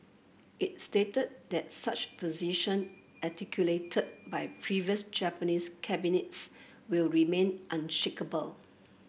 it stated that such position articulated by previous Japanese cabinets will remain unshakeable